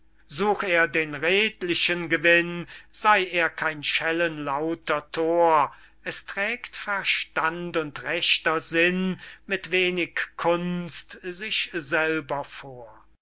such er den redlichen gewinn sey er kein schellenlauter thor es trägt verstand und rechter sinn mit wenig kunst sich selber vor